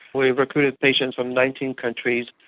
we recruited patients from nineteen countries,